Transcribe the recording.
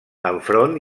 enfront